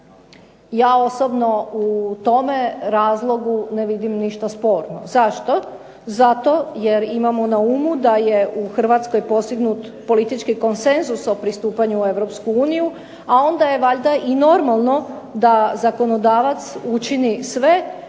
Ja osobno u tome razlogu ne vidim ništa sporno. Zašto? Zato jer imamo na umu da je u Hrvatskoj postignut politički konsenzus o pristupanju Europskoj uniji, a onda je valjda i normalno da zakonodavac učini sve